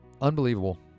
Unbelievable